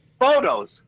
Photos